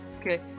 Okay